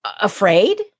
afraid